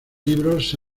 libros